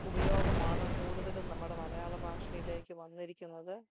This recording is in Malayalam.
ഉപയോഗമാണ് കൂടുതലും നമ്മുടെ മലയാളഭാഷയിലേക്ക് വന്നിരിക്കുന്നത്